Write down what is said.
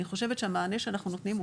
ואני חושבת שהמענה שאנחנו נותנים הוא